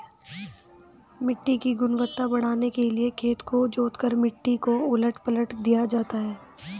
मिट्टी की गुणवत्ता बढ़ाने के लिए खेत को जोतकर मिट्टी को उलट पलट दिया जाता है